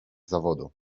zawodu